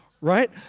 Right